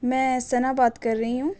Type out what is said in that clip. میں ثنا بات کر رہی ہوں